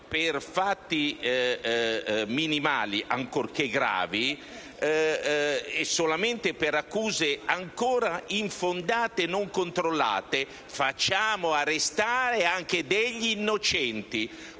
per fatti minimali, ancorché gravi, e solamente per accuse ancora infondate e non controllate, facciamo arrestare anche degli innocenti.